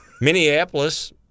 Minneapolis